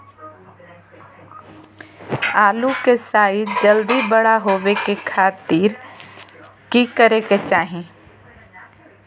आलू के साइज जल्दी बड़ा होबे के खातिर की करे के चाही?